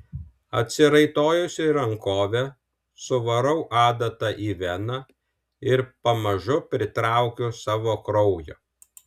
atsiraitojusi rankovę suvarau adatą į veną ir pamažu pritraukiu savo kraujo